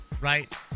Right